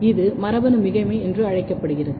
இது மரபணு மிகைமை என்று அழைக்கப்படுகிறது